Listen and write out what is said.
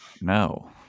no